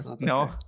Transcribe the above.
no